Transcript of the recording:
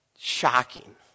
Shocking